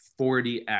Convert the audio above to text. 40x